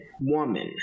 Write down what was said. woman